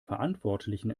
verantwortlichen